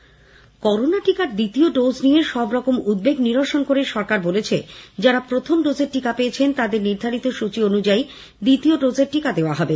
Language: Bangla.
এদিকে করোনা টিকার দ্বিতীয় ডোজ নিয়ে সবরকম উদ্বেগ নিরসন করে সরকার বলেছে যারা প্রথম ডোজের টিকা পেয়েছেন তাদের নির্ধারিত সৃচি অনুযায়ীই দ্বিতীয় ডোজ এর টিকা দেওয়া হবে